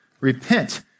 Repent